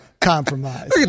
compromise